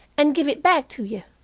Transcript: and give it back to you